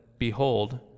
Behold